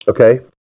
Okay